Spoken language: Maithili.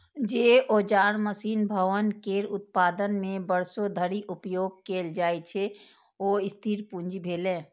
जे औजार, मशीन, भवन केर उत्पादन मे वर्षों धरि उपयोग कैल जाइ छै, ओ स्थिर पूंजी भेलै